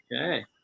okay